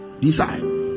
decide